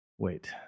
Wait